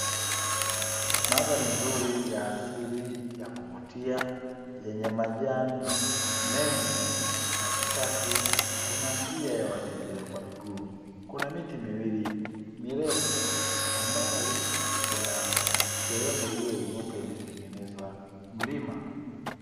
Mandhari nzuri ya asili ya kuvuti yenye majani mengi, katikati kuna njia ya watembea kwa miguu. Kuna miti miwili mirefu, kwa mbali kuna sehemu iliyoinuka imetengeneza mlima.